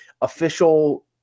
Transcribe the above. official